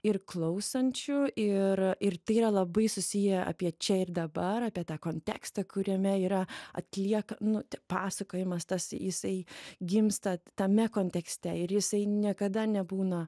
ir klausančių ir ir tai yra labai susiję apie čia ir dabar apie tą kontekstą kuriame yra atlieka nu te pasakojimas tas jisai gimsta tame kontekste ir jisai niekada nebūna